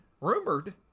rumored